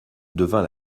devint